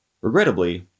Regrettably